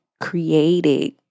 created